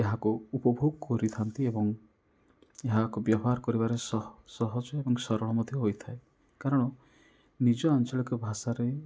ଏହାକୁ ଉପଭୋଗ କରିଥାନ୍ତି ଏବଂ ଏହାକୁ ବ୍ୟବହାର କରିବାର ସହଜ ଏବଂ ସରଳ ମଧ୍ୟ ହୋଇଥାଏ କାରଣ ନିଜ ଆଞ୍ଚଳିକ ଭାଷାରେ